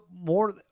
more